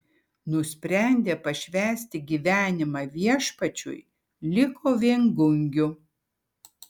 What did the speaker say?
nusprendė pašvęsti gyvenimą viešpačiui liko viengungiu